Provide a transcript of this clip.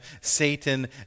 Satan